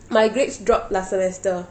my grades drop last semester